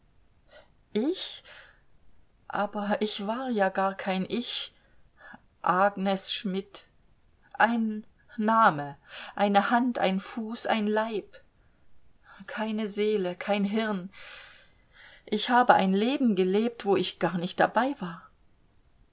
ich aber ich war ja gar kein ich agnes schmidt ein name eine hand ein fuß ein leib keine seele kein hirn ich habe ein leben gelebt wo ich gar nicht dabei war